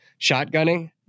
shotgunning